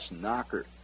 knocker